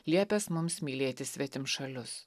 liepęs mums mylėti svetimšalius